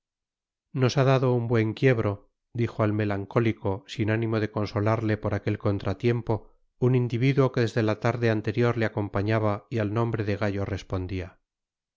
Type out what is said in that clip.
nos ha dado un buen quiebro dijo al melancólico sin ánimo de consolarle por aquel contratiempo un individuo que desde la tarde anterior le acompañaba y al nombre de gallo respondía